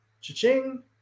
cha-ching